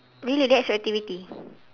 really that's your activity